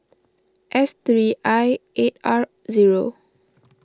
S three I eight R zero